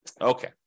Okay